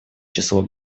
число